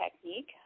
technique